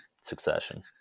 succession